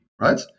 right